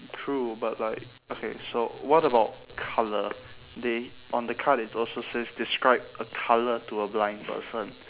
true but like okay so what about colour they on the card it also says describe a colour to a blind person